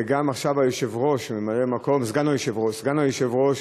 וגם עכשיו סגן היושב-ראש